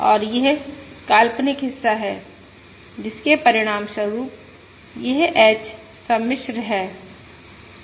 और यह काल्पनिक हिस्सा है जिसके परिणामस्वरूप यह h सम्मिश्र है